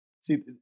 See